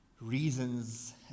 reasons